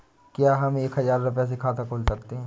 क्या हम एक हजार रुपये से खाता खोल सकते हैं?